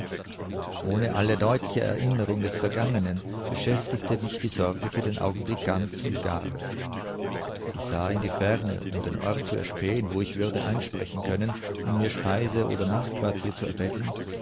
ohne alle deutliche erinnerung des vergangenen beschäftigte mich die sorge für den augenblick ganz und gar ich sah in die ferne um den ort zu erspähen wo ich würde einsprechen können um mir speise oder nachtquartier zu erbetteln